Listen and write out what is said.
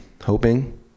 Hoping